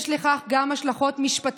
יש לכך גם השלכות משפטיות,